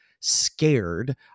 scared